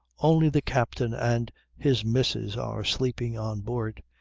only the captain and his missus are sleeping on board.